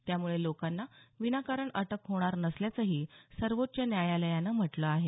त्यामुळे लोकांना विनाकारण अटक होणार नसल्याचंही सर्वोच्च न्यायालयानं म्हटलं आहे